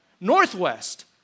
northwest